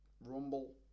Rumble